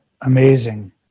Amazing